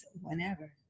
whenever